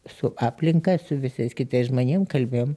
su aplinka su visais kitais žmonėm kalbėjom